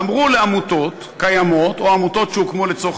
אמרו לעמותות קיימות או עמותות שהוקמו לצורך